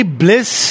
bliss